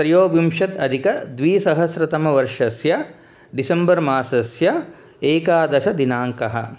त्रयोविंशति अधिकद्विसहस्रतमवर्षस्य डिसम्बर्मासस्य एकादशदिनाङ्कः